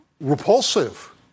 repulsive